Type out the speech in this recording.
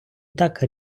так